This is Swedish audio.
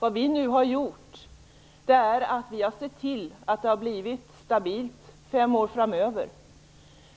Vad vi nu har gjort är att se till att det har blivit stabilt under fem år framöver.